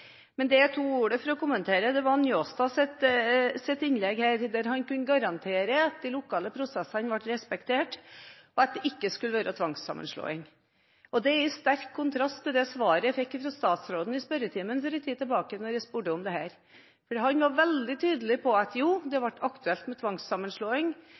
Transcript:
Men det jeg tok ordet for å kommentere, var Njåstads innlegg, der han kunne garantere at de lokale prosessene ble respektert, og at det ikke skulle være tvangssammenslåing. Det står i sterk kontrast til det svaret jeg fikk fra statsråden i spørretimen for en tid tilbake, da jeg spurte om dette, for han var veldig tydelig på at det var aktuelt med tvangssammenslåing. Hvis det